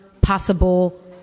possible